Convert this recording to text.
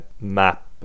map